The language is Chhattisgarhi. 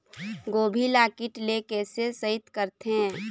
गोभी ल कीट ले कैसे सइत करथे?